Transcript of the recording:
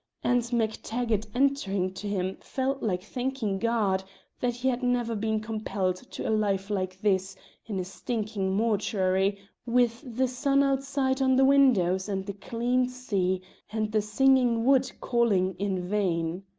and mactaggart entering to him felt like thanking god that he had never been compelled to a life like this in a stinking mortuary with the sun outside on the windows and the clean sea and the singing wood calling in vain.